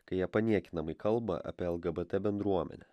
kai jie paniekinamai kalba apie lgbt bendruomenę